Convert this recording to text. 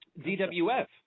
DWF